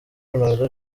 ronaldo